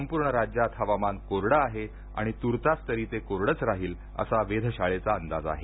संपूर्ण राज्यात हवामान कोरडं आहे आणि तूर्तास तरी ते कोरडंच राहील असा वेधशाळेचा अंदाज आहे